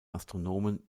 astronomen